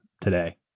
today